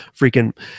Freaking